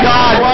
God